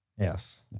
Yes